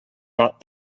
but